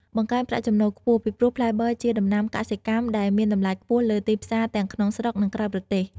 បង្កើនប្រាក់ចំណូលខ្ពស់ ពីព្រោះផ្លែបឺរជាដំណាំកសិកម្មដែលមានតម្លៃខ្ពស់លើទីផ្សារទាំងក្នុងស្រុក និងក្រៅប្រទេស។